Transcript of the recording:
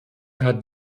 hat